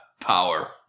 power